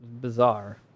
bizarre